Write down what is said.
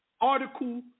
Article